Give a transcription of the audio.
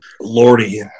Lordy